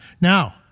Now